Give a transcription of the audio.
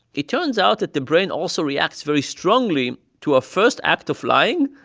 it turns out that the brain also reacts very strongly to a first act of lying.